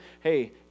hey